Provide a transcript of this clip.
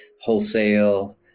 wholesale